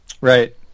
Right